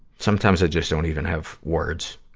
sometimes i just don't even have words.